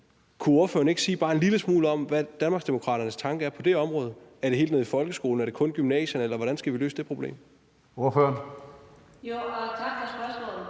Kunne ordføreren ikke sige bare en lille smule om, hvad Danmarksdemokraternes tanke er på det område? Er det helt nede i folkeskolen, eller er det kun på gymnasierne, eller hvordan skal vi løse det problem? Kl. 20:25 Tredje næstformand